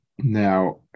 Now